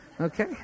Okay